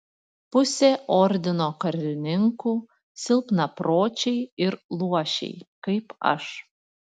pusė ordino karininkų silpnapročiai ir luošiai kaip aš